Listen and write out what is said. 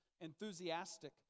enthusiastic